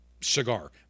Cigar